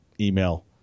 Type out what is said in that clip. email